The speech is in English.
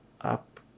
up